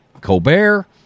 Colbert